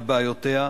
לבעיותיה.